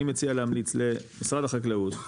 אני מציע להמליץ למשרד החקלאות,